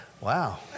wow